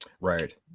right